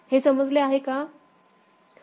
हे समजले आहे का